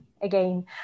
again